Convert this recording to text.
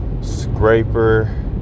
scraper